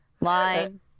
line